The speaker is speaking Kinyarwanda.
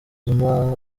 zuma